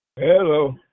Hello